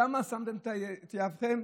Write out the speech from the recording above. ושם שמתם את יהבכם,